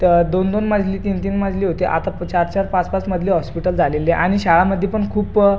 तर दोन दोन मजली तीन तीन मजली होत्या आता तर चार चार पाच पाच मजली हॉस्पिटल झालेले आणि शाळांमध्ये पण खूप